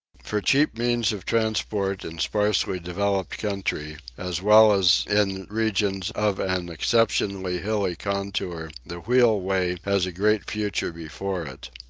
for cheap means of transport in sparsely-developed country, as well as in regions of an exceptionally hilly contour, the wheelway has a great future before it.